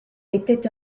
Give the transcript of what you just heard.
était